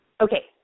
Okay